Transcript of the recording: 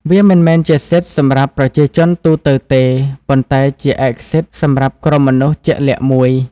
វាមិនមែនជាសិទ្ធិសម្រាប់ប្រជាជនទូទៅទេ ប៉ុន្តែជាឯកសិទ្ធិសម្រាប់ក្រុមមនុស្សជាក់លាក់មួយ។